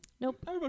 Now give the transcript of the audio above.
Nope